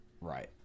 Right